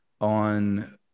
on